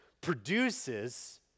produces